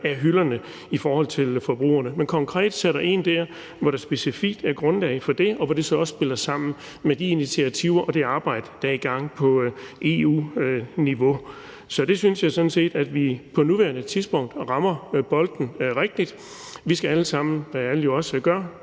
af hylderne for forbrugerne, men at man konkret sætter ind der, hvor der er specifikt grundlag for det, og hvor det så også spiller sammen med de initiativer og det arbejde, der er i gang på EU-niveau. Så jeg synes, at vi på nuværende tidspunkt rammer bolden rigtigt. Vi skal alle sammen, hvad alle jo også gør,